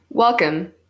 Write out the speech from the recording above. Welcome